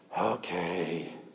okay